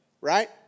right